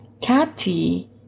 Cathy